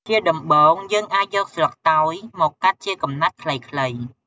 ជាដំបូង យើងអាចយកស្លឹកតើយមកកាត់ជាកំណាត់ខ្លីៗ។